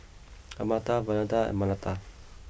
Amartya Vandana and Mahatma